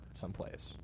someplace